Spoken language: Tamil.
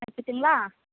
வச்சுட்டுங்களா